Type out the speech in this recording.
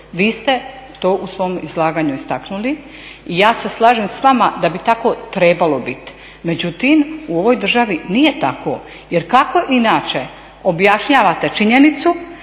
Vi ste to u svom izlaganju istaknuli i ja se slažem s vama da bi tako trebalo biti. Međutim, u ovoj državi nije tako jer kako inače objašnjavate činjenicu